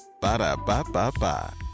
Ba-da-ba-ba-ba